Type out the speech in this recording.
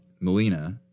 Melina –